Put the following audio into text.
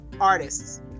artists